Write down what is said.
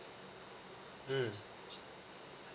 mm